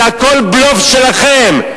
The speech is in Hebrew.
זה הכול בלוף שלכם.